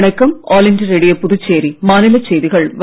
வணக்கம் All India Radio Puducherry மாநிலச் செய்திகள் வாசிப்பவர்